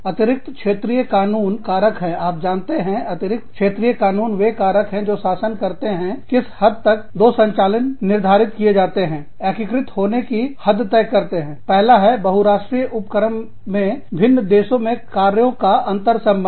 अतिरिक्त क्षेत्रीय कानून कारक हैं आप जानते हैं अतिरिक्त क्षेत्रीय कानून वे कारक जो शासन करते हैं किस हद तक दो संचालन निर्धारित किए जाते हैं एकीकृत होने की हद तय करते हैं पहला हैबहुराष्ट्रीय उपक्रम में भिन्न देशों में कार्यों का अंतर्संबंध